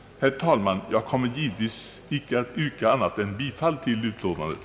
Herr talman! Jag har givetvis inget annat yrkande än om bifall till utlåtandet.